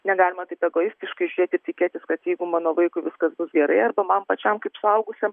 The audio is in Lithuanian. negalima taip egoistiškai žiūrėt ir tikėtis kad jeigu mano vaikui viskas bus gerai arba man pačiam kaip suaugusiam